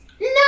No